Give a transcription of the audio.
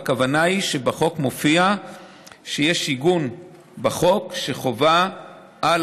והכוונה היא שבחוק מופיע שיש עיגון בחוק שחובה על